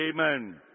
Amen